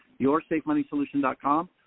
yoursafemoneysolution.com